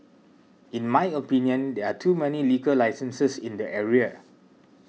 in my opinion there are too many liquor licenses in the area